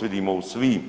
Vidimo u svim